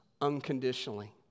unconditionally